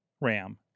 RAM